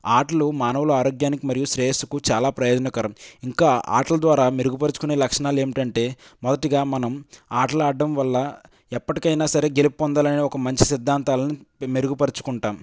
ఆటలు మానవుల ఆరోగ్యానికి మరియు శ్రేయస్సుకు చాల ప్రయోజనకరం ఇంకా ఆటల ద్వారా మెరుగుపరుచుకునే లక్షణాలు ఏమిటంటే మొదటిగా మనం ఆటలు ఆడటం వల్ల ఎప్పటికైనా సరే గెలుపు పొందాలని ఒక మంచి సిద్ధాంతాలను మెరుగుపరుచుకుంటాం